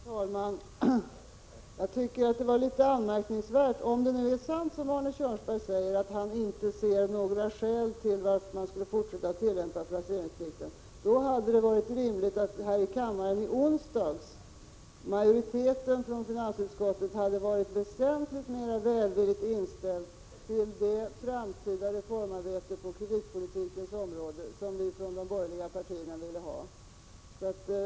Herr talman! Jag tycker att det var litet anmärkningsvärt, om det nu är sant som Arne Kjörnsberg säger, att han inte ser några skäl till att man skulle fortsätta att tillämpa placeringsplikten. Då hade det varit rimligt att majoriteten från finansutskottet här i kammaren i onsdags hade varit väsentligt mer välvilligt inställd till det framtida reformarbete på kreditpolitikens område som vi från de borgerliga partierna ville ha.